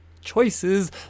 choices